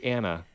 Anna